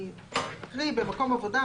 אני אקריא: "במקום עבודה,